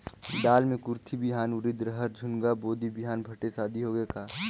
दाल मे कुरथी बिहान, उरीद, रहर, झुनगा, बोदी बिहान भटेस आदि होगे का?